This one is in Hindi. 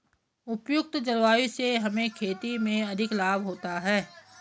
उपयुक्त जलवायु से हमें खेती में अधिक लाभ होता है